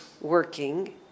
working